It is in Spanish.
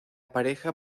pareja